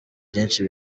byinshi